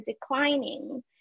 declining